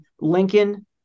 Lincoln